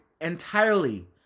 entirely